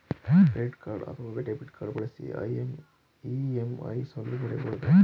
Credit card ಅಥವಾ debit card ಬಳಸಿ EMI ಸೌಲಭ್ಯ ಪಡೆಯಬಹುದೇ?